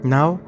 Now